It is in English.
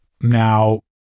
Now